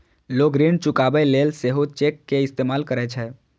लोग ऋण चुकाबै लेल सेहो चेक के इस्तेमाल करै छै